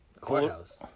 Courthouse